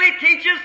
teaches